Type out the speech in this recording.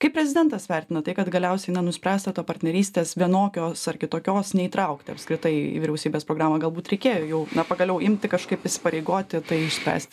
kaip prezidentas vertina tai kad galiausiai na nuspręsta to partnerystės vienokios ar kitokios neįtraukti apskritai į vyriausybės programą galbūt reikėjo jau na pagaliau imti kažkaip įsipareigoti tai išspręsti